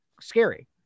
scary